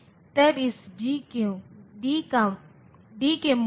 तो यह भी एक समाधान है